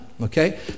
okay